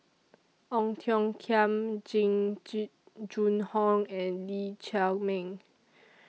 Ong Tiong Khiam Jing Jun Hong and Lee Chiaw Meng